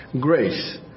grace